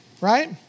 Right